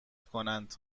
کنند